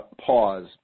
pause